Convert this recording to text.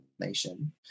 information